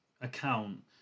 account